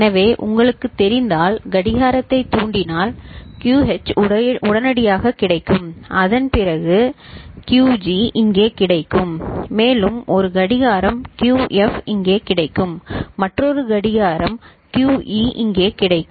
எனவே உங்களுக்குத் தெரிந்தால் கடிகாரத்தைத் தூண்டினால் QH உடனடியாகக் கிடைக்கும் அதன் பிறகு QG இங்கே கிடைக்கும் மேலும் ஒரு கடிகாரம் QF இங்கே கிடைக்கும் மற்றொரு கடிகார QE இங்கே கிடைக்கும்